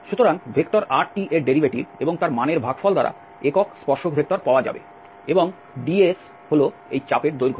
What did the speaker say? সুতরাং rt এর derivative এবং তার মানের ভাগফল দ্বারা একক স্পর্শক ভেক্টর পাওয়া যাবে এবং ds এই চাপের দৈর্ঘ্য